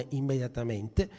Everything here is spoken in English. immediatamente